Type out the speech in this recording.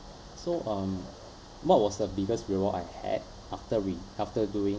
so um what was the biggest reward I had after re~ after doing